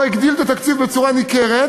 או הגדיל בהם את התקציב בצורה ניכרת,